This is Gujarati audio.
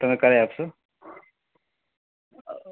તમે કરાવી આપશો